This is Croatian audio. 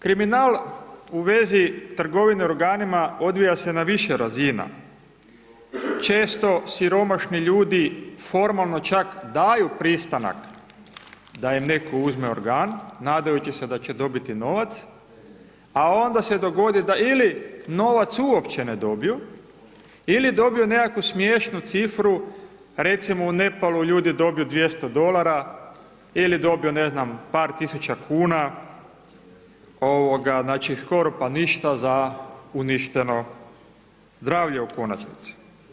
Kriminal u vezi trgovine organima odvija se na više razina, često siromašni ljudi, formalno čak daju pristanak da im netko uzme organ, nadajući se da će dobiti novac, a onda se dogodi da ili novac uopće ne dobiju ili dobiju nekakvu smiješnu cifru, recimo u Nepalu ljudi dobiju 200 dolara ili dobiju ne znam par tisuća kuna, znači skoro pa ništa za uništeno zdravlje u konačnici.